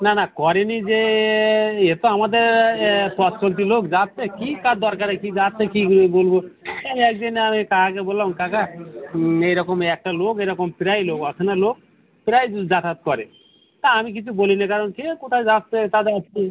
না না করেনি যে এ তো আমাদের পথচলতি লোক যাচ্ছে কী কার দরকারে কী যাচ্ছে কী করে বলব তাই এক দিন আমি কাকাকে বললাম কাকা এইরকম একটা লোক এরকম প্রায়ই লোক অচেনা লোক প্রায় দিন যাতায়াত করে তা আমি কিছু বলি না কারণ কে কোথায় যাচ্ছে তাতে